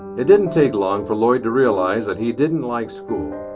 it didn't take long for lloyd to realize that he didn't like school.